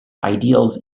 ideals